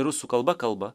rusų kalba kalba